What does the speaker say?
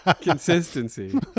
Consistency